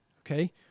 Okay